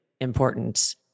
important